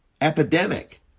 epidemic